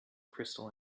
crystal